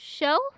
show